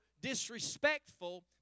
disrespectful